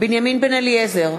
בנימין בן-אליעזר,